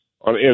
on